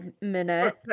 minute